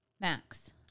Max